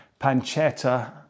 pancetta